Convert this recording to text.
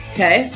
Okay